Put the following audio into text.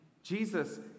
Jesus